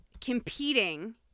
competing